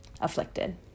Afflicted